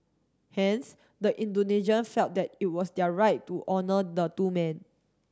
hence the Indonesian felt that it was their right to honour the two men